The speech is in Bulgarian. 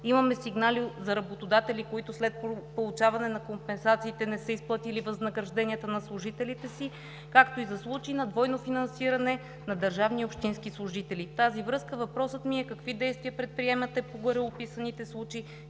Имаме сигнали за работодатели, които след получаване на компенсациите не са изплатили възнагражденията на служителите си, както и за случаи на двойно финансиране на държавни и общински служители. В тази връзка въпросът ми е: какви действия предприемате по гореописаните случаи,